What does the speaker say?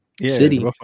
city